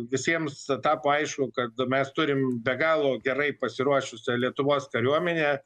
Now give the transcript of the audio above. visiems tapo aišku kad mes turim be galo gerai pasiruošusią lietuvos kariuomenę